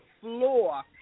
floor